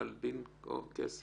ויכול להיות שחלקם לא יודעים שיש חוק.